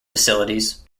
facilities